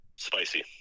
Spicy